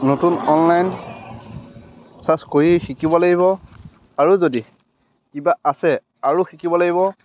নতুন online search কৰি শিকিব লাগিব আৰু যদি কিবা আছে আৰু শিকিব লাগিব